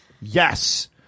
Yes